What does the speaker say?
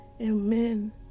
amen